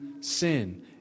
sin